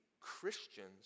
Christians